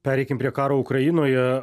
pereikim prie karo ukrainoje